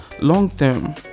Long-term